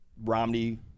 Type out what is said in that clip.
Romney